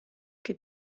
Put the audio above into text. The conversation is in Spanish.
que